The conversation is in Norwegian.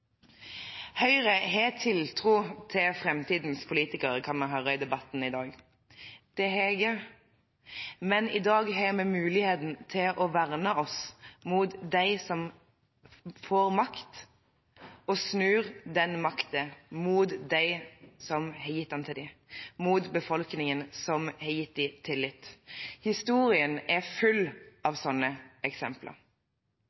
Høyre har tiltro til framtidens politikere, kan man høre i debatten i dag. Det har jeg også, men i dag har vi muligheten til å verne oss mot dem som får makt og snur den makten mot dem som har gitt den til dem, mot befolkningen som har gitt dem tillitt. Historien er full